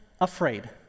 afraid